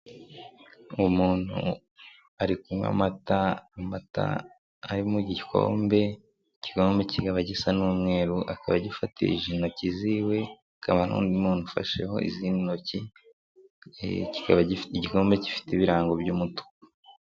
Umuntu ari kunywa amata, amata ari mu gikombe, igikombe kikaba gisa n'umweru , akaba agifatishijeje intoki ziwe, hakaba n'undi ufasheho izindi ntoki, kikaba gifite ibirango by'umutuku.